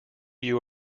you